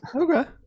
okay